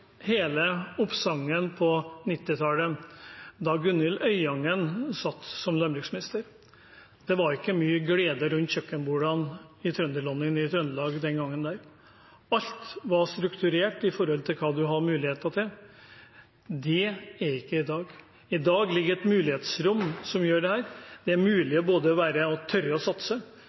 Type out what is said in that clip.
hele oppsangen på 1990-tallet, da Gunhild Øyangen satt som landbruksminister. Det var ikke mye glede rundt kjøkkenbordene i trønderlånene i Trøndelag den gangen. Alt var strukturert i forhold til hva man hadde muligheter til. Det er det ikke i dag. I dag ligger det et mulighetsrom der. Det er mulig å tørre å satse, og det er mulig å